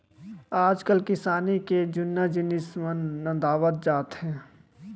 आजकाल किसानी के जुन्ना जिनिस मन नंदावत जात हें